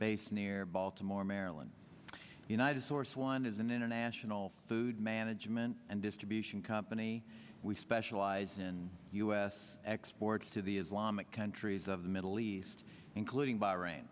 base near baltimore maryland united source one is an international food management and distribution company we specialize in u s exports to the islamic countries of the middle east including bahrain